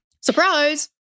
Surprise